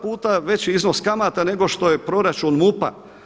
2,2 puta veći iznos kamata, nego što je proračun MUP-a.